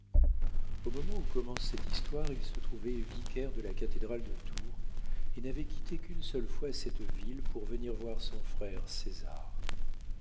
au moment où commence cette histoire il se trouvait vicaire de la cathédrale de tours et n'avait quitté qu'une seule fois cette ville pour venir voir son frère césar